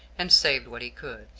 and saved what he could.